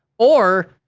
or,